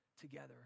together